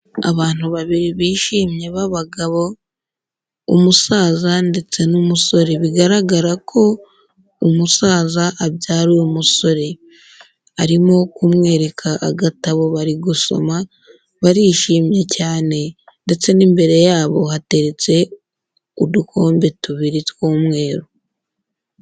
Abantu babiri bishimye b’abagabo, umusaza ndetse n'umusore, bigaragara ko umusaza abyara uwo musore. Arimo kumwereka agatabo bari gusoma, barishimye cyane ndetse n'imbere yabo hateretse udukombe tubiri tw'umweru.